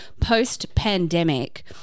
post-pandemic